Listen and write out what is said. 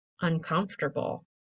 uncomfortable